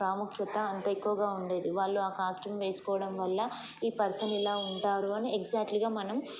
ప్రాముఖ్యత అంత ఎక్కువగా ఉండేది వాళ్ళు ఆ కాస్ట్యూమ్ వేసుకోవడం వల్ల ఈ పర్సన్ ఇలా ఉంటారు అని ఎగ్జాక్ట్లీగా మనం